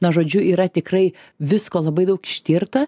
na žodžiu yra tikrai visko labai daug ištirta